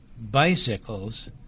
bicycles